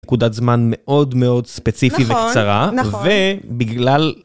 נקודת זמן מאוד מאוד ספציפית וקצרה - נכון, נכון - ובגלל